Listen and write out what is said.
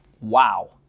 Wow